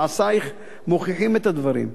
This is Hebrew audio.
מעשייך מוכיחים את הדברים.